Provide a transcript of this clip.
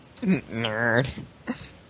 Nerd